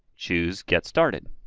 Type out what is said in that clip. choose get started.